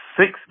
six